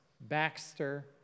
Baxter